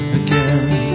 again